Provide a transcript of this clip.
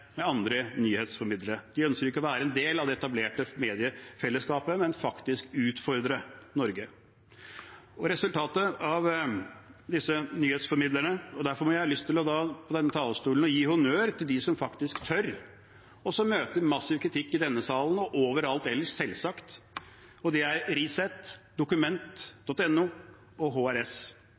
med andre nyhetsformidlere. De ønsker ikke å være en del av det etablerte mediefellesskapet, men vil utfordre Norge. Derfor har jeg lyst til, fra denne talerstolen, å gi honnør til dem som faktisk tør, og som møter massiv kritikk i denne salen og overalt ellers, selvsagt – og det er: Resett, Document.no og HRS,